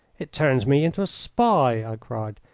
it turns me into a spy, i cried.